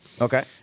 Okay